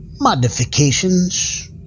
modifications